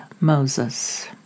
Moses